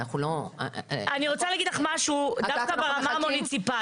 אנחנו לא --- אני רוצה להגיד לך משהו דווקא ברמה המוניציפלית.